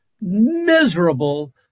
miserable